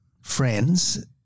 friends